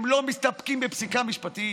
הם לא מסתפקים בפסיקה משפטית,